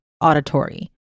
auditory